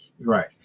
Right